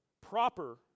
proper